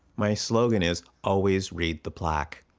my slogan is, always read the plaque.